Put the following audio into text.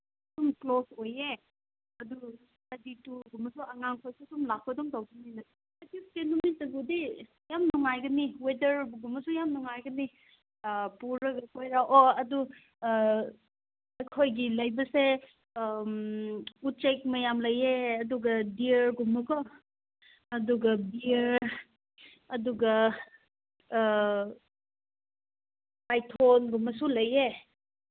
zoo close ꯑꯣꯏꯌꯦ ꯑꯉꯥꯡ ꯈꯣꯏꯁꯨ ꯑꯗꯨꯝ ꯂꯥꯛꯄ ꯑꯗꯨꯝ ꯅꯨꯃꯤꯠꯇꯕꯨꯗꯤ ꯌꯥꯝ ꯅꯨꯡꯉꯥꯏꯒꯅꯤ ꯋꯦꯗꯔꯒꯨꯝꯕꯁꯨ ꯌꯥꯝ ꯅꯨꯡꯉꯥꯏꯒꯅꯤ ꯄꯨꯔꯒ ꯂꯣꯏ ꯂꯥꯛꯑꯣ ꯑꯗꯨ ꯑꯩꯈꯣꯏꯒꯤ ꯂꯩꯕꯁꯦ ꯎꯆꯦꯛ ꯃꯌꯥꯝ ꯂꯩꯌꯦ ꯑꯗꯨꯒ ꯗꯤꯌꯔꯒꯨꯝꯕꯀꯣ ꯑꯗꯨꯒ ꯕꯤꯌꯔ ꯑꯗꯨꯒ ꯄꯥꯏꯊꯣꯟꯒꯨꯝꯕꯁꯨ ꯂꯩꯌꯦ